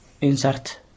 insert